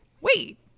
wait